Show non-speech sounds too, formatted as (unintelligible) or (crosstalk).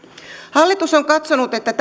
hallitus on katsonut että (unintelligible)